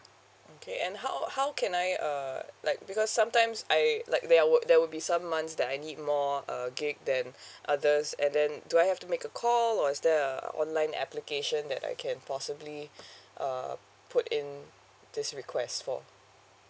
okay and how how can I uh like because sometimes I like there will there will be some months that I need more err gig than others and then do I have to make a call or is there a online application that I can possibly uh put in this request for